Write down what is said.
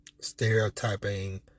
stereotyping